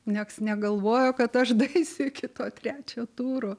nieks negalvojo kad aš daeisiu iki to trečio turo